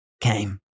came